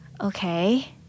Okay